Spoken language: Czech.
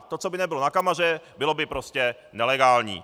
To, co by nebylo na kameře, bylo by prostě nelegální.